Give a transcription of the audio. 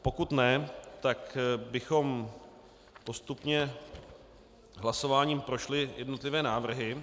Pokud ne, tak bychom postupně hlasováním prošli jednotlivé návrhy.